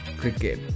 cricket